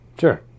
Sure